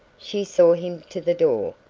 she saw him to the door,